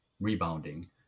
rebounding